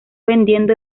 vendiendo